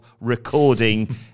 recording